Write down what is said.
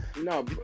No